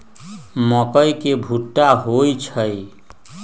मकई के भुट्टा होई छई